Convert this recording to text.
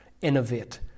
Innovate